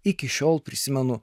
iki šiol prisimenu